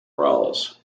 roles